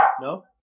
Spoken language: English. No